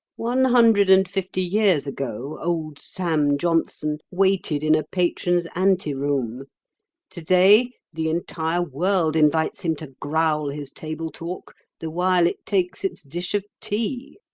one hundred and fifty years ago old sam johnson waited in a patron's anteroom today the entire world invites him to growl his table talk the while it takes its dish of tea.